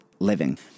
Living